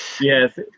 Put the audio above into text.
yes